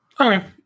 Okay